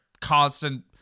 constant